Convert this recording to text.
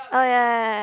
oh ya